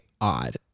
odd